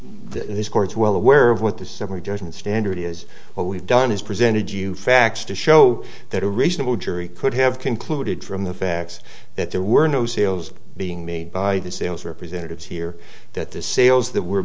is well aware of what the summary judgment standard is what we've done is presented you facts to show that a reasonable jury could have concluded from the facts that there were no sales being made by the sales representatives here that the sales that were